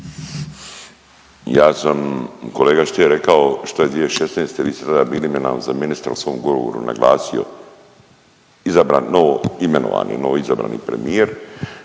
Ja sam kolega Stier rekao šta je 2016., vi ste tada bili imenovani za ministra, u svom govoru naglasio, izabrani novoimenovani, novoizabrani premijer